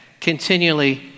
continually